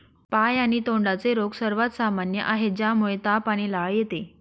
पाय आणि तोंडाचे रोग सर्वात सामान्य आहेत, ज्यामुळे ताप आणि लाळ येते